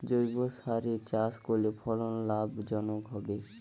জৈবসারে চাষ করলে ফলন লাভজনক হবে?